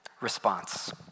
response